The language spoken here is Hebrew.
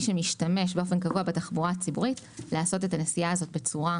שמשתמש באופן קבוע בתחבורה הציבורית לעשות את הנסיעה הזאת בצורה